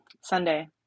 Sunday